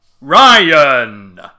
Ryan